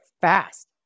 fast